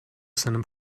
seinem